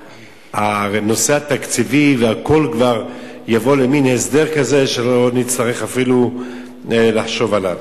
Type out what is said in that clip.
שהנושא התקציבי והכול יבוא למין הסדר כזה שלא נצטרך אפילו לחשוב עליו.